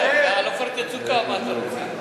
על "עופרת יצוקה", מה אתה רוצה?